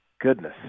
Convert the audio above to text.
goodness